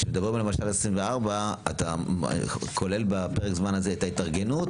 כשמדברים למשל 24 אתה כולל בפרק הזמן הזה את ההתארגנות